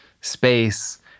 space